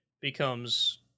becomes